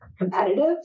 competitive